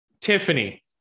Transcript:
Tiffany